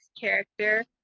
character